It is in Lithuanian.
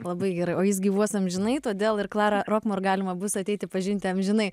labai gerai o jis gyvuos amžinai todėl ir klarą rokmor galima bus ateiti pažinti amžinai